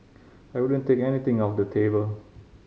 I wouldn't take anything off the table